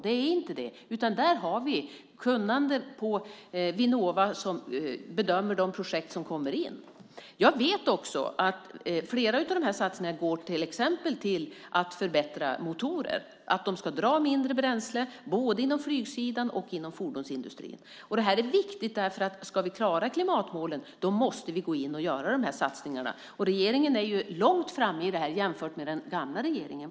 Det kunnandet har Vinnova, och de bedömer själva de projekt som kommer in. Jag vet att flera av satsningarna bland annat går till att förbättra motorer så att de ska dra mindre bränsle. Det gäller både på flygsidan och inom fordonsindustrin. Om vi ska klara klimatmålen måste vi göra dessa satsningar. Regeringen ligger långt framme i det arbetet jämfört med den tidigare regeringen.